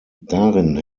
darin